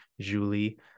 Julie